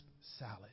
salad